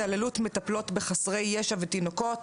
התעללות מטפלות בחסרי ישע ותינוקות,